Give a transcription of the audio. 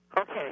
Okay